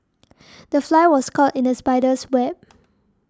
the fly was caught in the spider's web